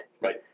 Right